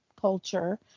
culture